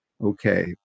okay